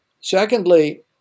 Secondly